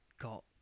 got